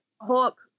hawk